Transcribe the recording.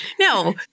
No